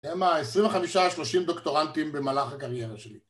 הם ה-25-30 דוקטורנטים במהלך הקריירה שלי.